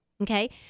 Okay